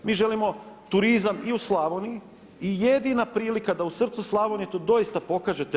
Mi želimo turizam i u Slavoniji i jedina prilika da u srcu Slavonije to doista pokažete.